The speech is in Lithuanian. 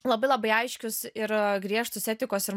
labai labai aiškius ir griežtus etikos ir